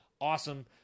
Awesome